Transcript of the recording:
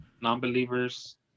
non-believers